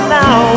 now